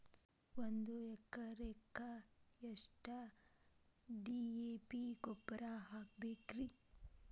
ಒಂದು ಎಕರೆಕ್ಕ ಎಷ್ಟ ಡಿ.ಎ.ಪಿ ಗೊಬ್ಬರ ಹಾಕಬೇಕ್ರಿ?